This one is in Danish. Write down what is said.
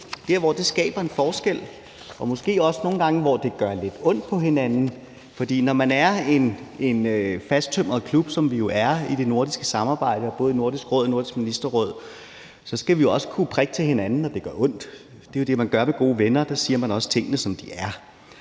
det skaber en forskel, og hvor det måske også nogle gange gør lidt ondt. For når man er en fasttømret klub, som vi jo er i det nordiske samarbejde – både i Nordisk Råd og i Nordisk Ministerråd – så skal vi også kunne prikke til hinanden, når det gør ondt. Det er jo det, man gør med gode venner; der siger man også tingene, som de er.